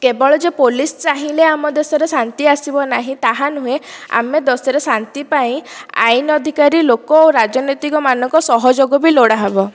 କେବଳ ଯେ ପୋଲିସ ଚାହିଁଲେ ଆମ ଦେଶର ଶାନ୍ତି ଆସିବ ନାହିଁ ତାହା ନୁହେଁ ଆମେ ଦେଶର ଶାନ୍ତି ପାଇଁ ଆଇନ ଅଧିକାରୀ ଲୋକ ଓ ରାଜନୈତିକ ଲୋକ ମାନଙ୍କର ସହଯୋଗ ବି ଲୋଡ଼ା ହେବ